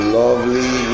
lovely